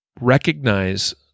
recognize